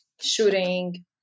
shooting